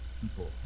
people